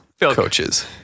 coaches